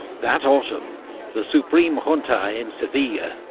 that autumn the supreme junta in seville,